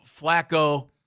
Flacco